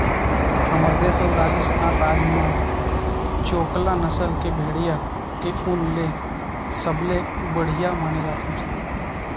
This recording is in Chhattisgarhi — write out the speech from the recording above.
हमर देस अउ राजिस्थान राज म चोकला नसल के भेड़िया के ऊन ल सबले बड़िया माने जाथे